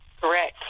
correct